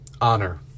Honor